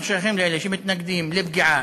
אנחנו שייכים לאלה שמתנגדים לפגיעה,